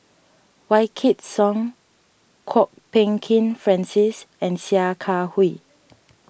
Wykidd Song Kwok Peng Kin Francis and Sia Kah Hui